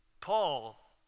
Paul